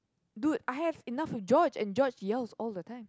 dude I have enough of George and George yells all the time